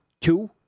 two